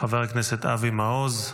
חבר הכנסת אבי מעוז,